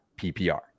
PPR